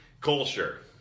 culture